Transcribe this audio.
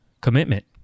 commitment